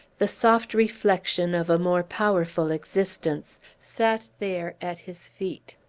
the soft reflection of a more powerful existence sat there at his feet.